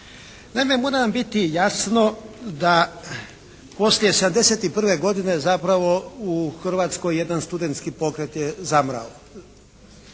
Naime mora vam biti jasno da poslije 71. godine zapravo u Hrvatskoj jedan studentski pokret je zamrao.